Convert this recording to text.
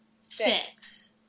six